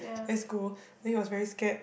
let's go then he was very scared